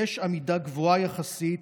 יש עמידה גבוהה יחסית